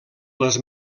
les